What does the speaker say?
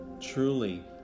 Truly